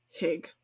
Hig